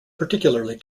particularly